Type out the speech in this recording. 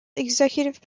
executive